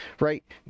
Right